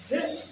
Yes